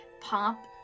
pop